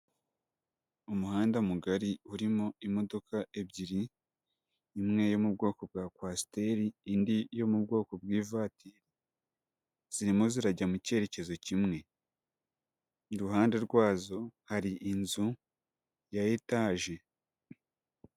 Umuhanda mugari urimo imodoka ebyiri, imwe yo mu bwoko bwa kwasiteri, indi yo mu bwoko bw'ivatiri, zirimo zirajya mu cyerekezo kimwe. Iruhande rwazo, hari inzu ya etaje.